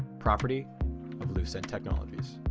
property of lucent technologies.